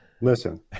listen